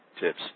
tips